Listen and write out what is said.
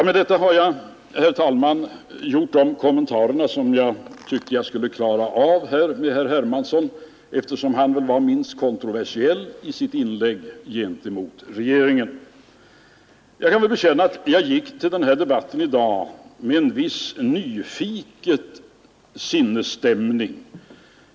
Med detta har jag, herr talman, klarat av de kommentarer till herr Hermanssons anförande som jag tyckte att jag borde göra, eftersom han var minst kontroversiell i sitt inlägg gentemot regeringen. Jag kan bekänna att jag gick till debatten i dag i en nyfiken sinnesstämning.